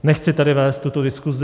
Nechci tady vést tuto diskusi.